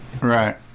right